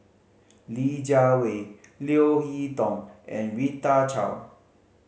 Li Jiawei Leo Hee Tong and Rita Chao